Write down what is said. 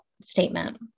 statement